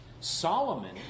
Solomon